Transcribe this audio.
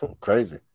crazy